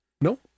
no